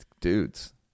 dudes